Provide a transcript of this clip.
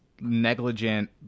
negligent